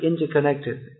interconnected